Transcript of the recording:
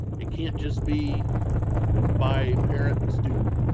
it can't just be by parent and student.